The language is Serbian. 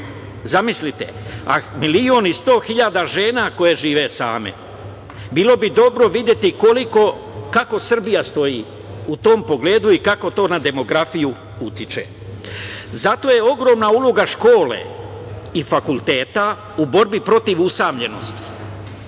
Zamislite, a 1.100.000 žena koje žive same. Bilo bi dobro videti kako Srbija stoji u tom pogledu i kako to na demografiju utiče? Zato je ogromna uloga škole i fakulteta u borbi protiv usamljenosti.